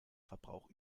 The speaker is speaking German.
verbrauch